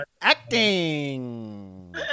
Acting